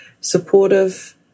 supportive